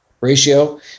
ratio